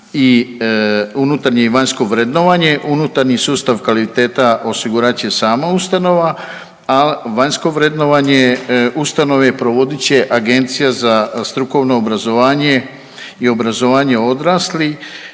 unutarnje i vanjsko vrednovanje. Unutarnji sustav kvaliteta osigurat će sama ustanova, a vanjsko vrednovanje ustanove provodit će Agencija za strukovno obrazovanje i obrazovanje odraslih